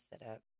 setup